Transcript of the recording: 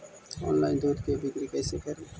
Online दुध के बिक्री कैसे करि?